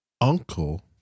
Uncle